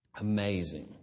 Amazing